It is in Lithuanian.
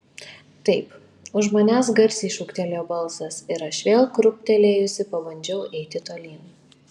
taip už manęs garsiai šūktelėjo balsas ir aš vėl krūptelėjusi pabandžiau eiti tolyn